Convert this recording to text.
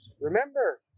remember